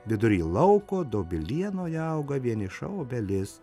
vidury lauko dobilienoje auga vieniša obelis